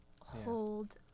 hold